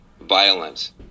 violence